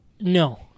No